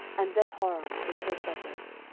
and bethhoron with her suburbs,